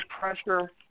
pressure